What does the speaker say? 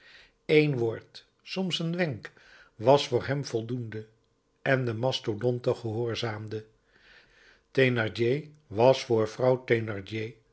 een woord soms een wenk was voor hem voldoende en de mastodonte gehoorzaamde thénardier was voor vrouw